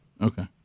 Okay